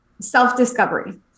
Self-discovery